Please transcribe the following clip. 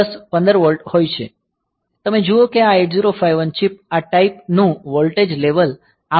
તમે જુઓ કે આ 8051 ચિપ આ ટાઈપ નું વોલ્ટેજ લેવલ આપવામાં સમર્થ નહીં હોય